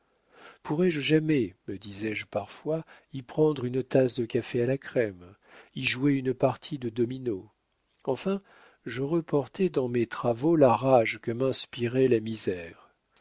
pourrais-je jamais me disais-je parfois y prendre une tasse de café à la crème y jouer une partie de dominos enfin je reportais dans mes travaux la rage que m'inspirait la misère